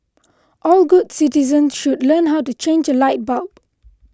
all good citizens should learn how to change a light bulb